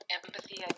Empathy